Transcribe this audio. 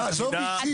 צדק --- עזוב אישי.